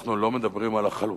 אנחנו לא מדברים על החלוקה.